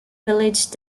village